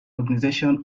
organisation